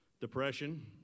Depression